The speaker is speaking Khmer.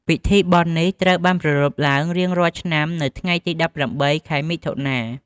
ពិធីបុណ្យនេះត្រូវបានប្រារព្ធឡើងរៀងរាល់ឆ្នាំនៅថ្ងៃទី ១៨ ខែមិថុនា ។